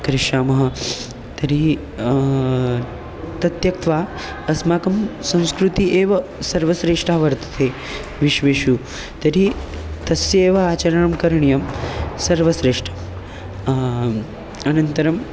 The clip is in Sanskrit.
करिष्यामः तर्हि तत्यक्त्वा अस्माकं संस्कृतिः एव सर्वश्रेष्ठा वर्तते विश्वेषु तर्हि तस्यैव आचरणं करणीयं सर्वेषाम् अनन्तरं